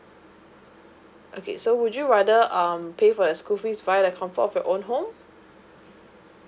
okay so would you rather um pay for your school fees by the comfort of your own home